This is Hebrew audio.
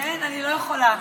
אין, אני לא יכולה.